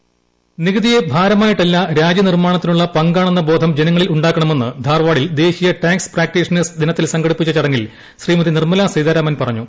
voice നികുതിയെ ഭാരമായിട്ടല്ല രാജ്യനിർമ്മാണ്ത്തിനുളള പങ്കാണെന്ന ബോധം ജനങ്ങളിൽ ഉണ്ടാക്കണമെന്ന് ധർവാഡിൽ ദേശീയ ടാക്സ് പ്രാക്ടീഷ്ണേഴ്സ് ദിനത്തിൽ സംഘടിപ്പിച്ച ചടങ്ങിൽ ശ്രീമതി നിർമ്മലാ സീതാരാമൻ പറഞ്ഞു